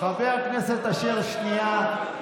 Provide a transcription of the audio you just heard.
חבר הכנסת אשר, שנייה.